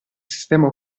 sistema